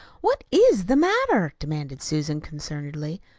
what is the matter? demanded susan concernedly.